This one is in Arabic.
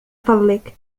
فضلك